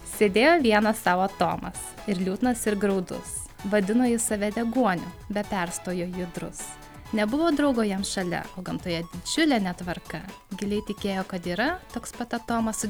sėdėjo vienas sau atomas ir liūdnas ir graudus vadino jis save deguonim be perstojo judrus nebuvo draugo jam šalia o gamtoje didžiulė netvarka giliai tikėjo kad yra toks pat atomas su